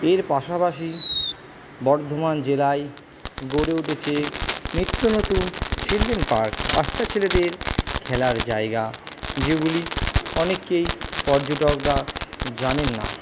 এর পাশাপাশি বর্ধমান জেলায় গড়ে উঠেছে নিত্য নতুন চিলড্রেন পার্ক বাচ্চা ছেলেদের খেলার জায়গা যেগুলি অনেকেই পর্যটকরা জানেন না